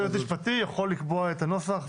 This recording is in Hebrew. יש יועץ משפטי והוא יכול לקבוע את הנוסח.